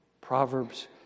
Proverbs